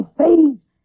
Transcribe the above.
face